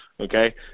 Okay